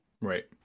Right